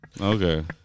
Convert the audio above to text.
Okay